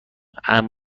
امن